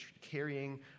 carrying